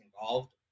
involved